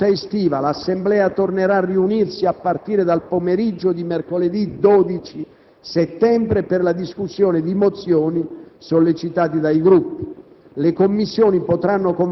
Dopo la pausa estiva, l'Assemblea tornerà a riunirsi a partire dal pomeriggio di mercoledì 12 settembre per la discussione di mozioni sollecitate dai Gruppi.